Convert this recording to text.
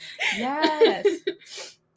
yes